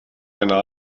eine